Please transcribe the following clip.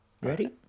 Ready